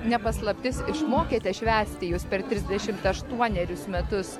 ne paslaptis išmokėte švęsti jūs per trisdešimt aštuonerius metus